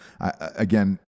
Again